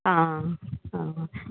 आं आं